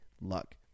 luck